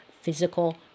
physical